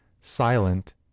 silent